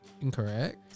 Incorrect